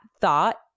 thought